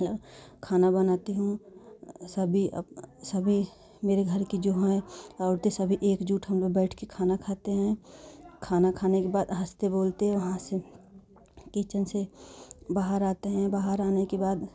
खाना बनाती हूँ सभी अप सभी मेरी घर के जो है औरतें सब एकजुट हम लोग बैठकर खाना खाते हैं खाना खाने के बाद हँसते बोलते वहाँ से किचन से बाहर आते हैं बाहर आने के बाद